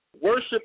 Worship